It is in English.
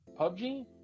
PUBG